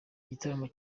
igitaramo